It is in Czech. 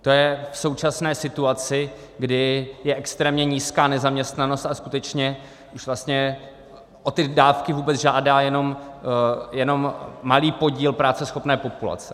To je v současné situaci, kdy je extrémně nízká nezaměstnanost a skutečně už vlastně o ty dávky vůbec žádá jenom malý podíl práceschopné populace.